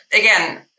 again